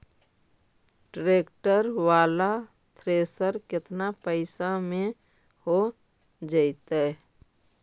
Tractor बाला thresher केतना पैसा में हो जैतै?